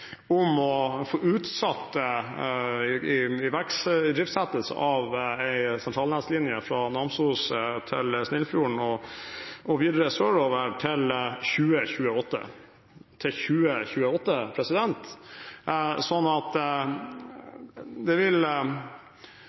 om å få utsatt iverksettelsen av en sentralnettlinje fra Namsos til Snillfjord og videre sørover til 2028 – til 2028. Det signalet tenker jeg taler for at